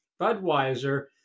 Budweiser